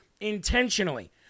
intentionally